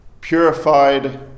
purified